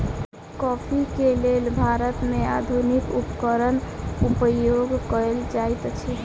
coffee के लेल भारत में आधुनिक उपकरण उपयोग कएल जाइत अछि